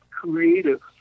creative